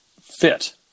fit